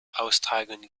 austragen